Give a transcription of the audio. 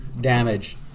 damage